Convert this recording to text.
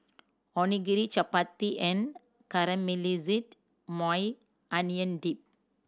Onigiri Chapati and Caramelized Maui Onion Dip